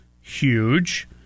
huge